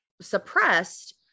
Suppressed